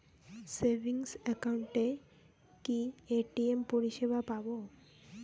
Savings একাউন্টে কি ATM পরিসেবা পাব?